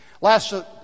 Last